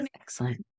Excellent